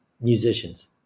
musicians